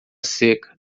seca